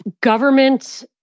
government